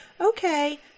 okay